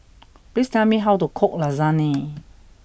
please tell me how to cook Lasagne